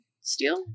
steel